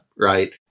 right